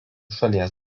šalies